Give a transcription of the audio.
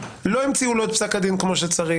לא המציאו לו את פסק הדין כמו שצריך,